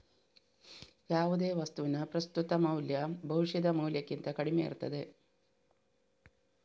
ಯಾವುದೇ ವಸ್ತುವಿನ ಪ್ರಸ್ತುತ ಮೌಲ್ಯ ಭವಿಷ್ಯದ ಮೌಲ್ಯಕ್ಕಿಂತ ಕಡಿಮೆ ಇರ್ತದೆ